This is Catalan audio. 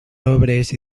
obres